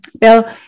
bill